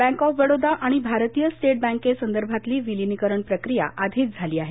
bank of Baroda आणि भारतीय state बँकेसंदर्भातली विलिनीकरण प्रक्रिया आधीच झाली आहे